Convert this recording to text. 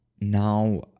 now